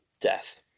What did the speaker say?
death